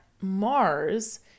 Mars